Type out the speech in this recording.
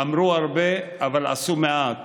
אמרו הרבה, אבל עשו מעט.